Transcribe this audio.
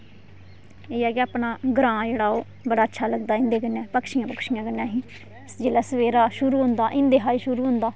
एह् है कि अपना ग्रां जेहड़ा ओह् बड़ा अच्छा लगदा इंदे कन्नै पक्षी कन्नै आसे जिसलै सवेरे शुरु होंदा इंदे कशा गै शुरु होंदा